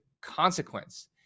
consequence